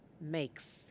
makes